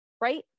Right